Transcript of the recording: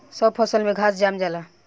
सब फसल में घास जाम जाला